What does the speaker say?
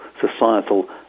societal